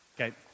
okay